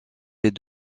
les